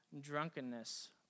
drunkenness